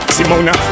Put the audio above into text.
Simona